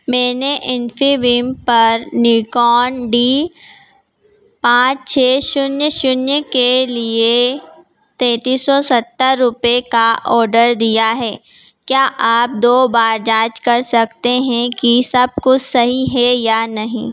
मैंने एन्फीबीम पर Nikon D पाँच छे शून्य शून्य के लिए तैतीस सौ सत्तर रुपये का ऑर्डर दिया है क्या आप दो बार जांच कर सकते हैं कि सब कुछ सही है या नहीं